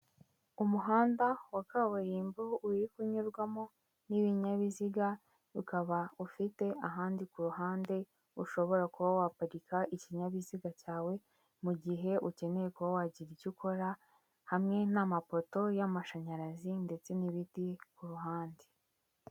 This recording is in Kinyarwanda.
Umuhanda wa kaburimbo uri kunyurwamo n'ibinyabiziga, ukaba ufite ahandi ku ruhande ushobora kuba waparika ikinyabiziga cyawe mu gihe ukeneye kuba wagira icyo ukora, hamwe n'amapoto y'amashanyarazi, ndetse n'ibiti ku ruhande.